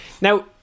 Now